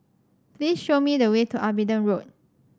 please show me the way to Abingdon Road